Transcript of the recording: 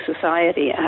society